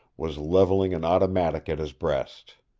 was leveling an automatic at his breast.